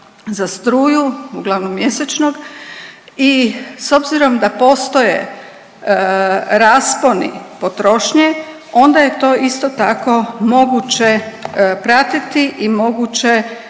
za struju, uglavnom mjesečnog i s obzirom da postoje rasponi potrošnje, onda je to isto tako moguće patiti i moguće